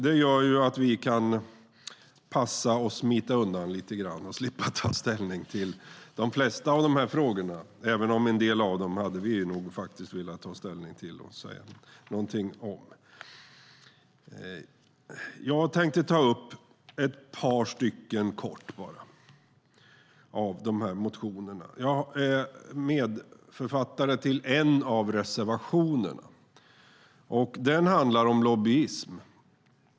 Det gör ju att vi kan passa och smita undan lite grann och slippa ta ställning till de flesta av de här frågorna, även om vi nog hade velat ta ställning till och säga någonting om en del av dem. Jag tänkte ta upp ett par av de här motionerna helt kort. Jag är medförfattare till en av reservationerna. Den handlar om lobbyism.